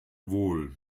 wohl